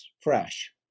fresh